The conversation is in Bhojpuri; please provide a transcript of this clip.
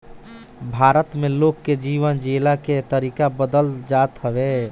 भारत में लोग के जीवन जियला के तरीका बदलत जात हवे